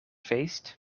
feest